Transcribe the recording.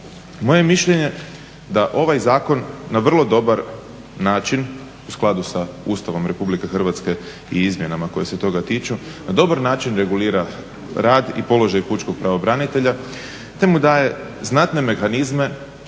je mišljenje da ovaj zakon na vrlo dobar način u skladu sa Ustavom RH i izmjenama koje se toga tiču na dobar način regulira rad i položaj pučkog pravobranitelja te mu daje znatne mehanizme